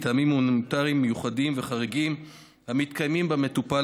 מטעמים הומניטריים מיוחדים וחריגים המתקיימים במטופל